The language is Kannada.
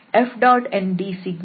ಆದ್ದರಿಂದ ∬S1F⋅ndσ 0